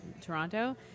Toronto